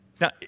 Now